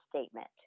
statement